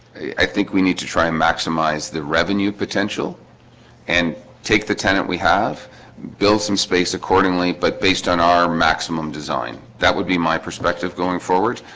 i think we need to try and maximize the revenue potential and take the tenant we have build some space accordingly, but based on our maximum design. that would be my perspective going forward